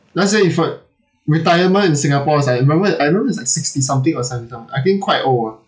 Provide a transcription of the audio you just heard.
let's say if for retirement in singapore as I remember I remember is like sixty something or seventy some~ I think quite old ah